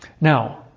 Now